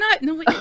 No